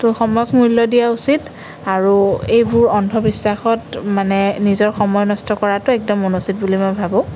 ত' সময়ক মূল্য দিয়া উচিত আৰু এইবোৰ অন্ধবিশ্বাসত মানে নিজৰ সময় নষ্ট কৰাটো একদম অনুচিত বুলি মই ভাবোঁ